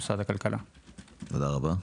תודה רבה.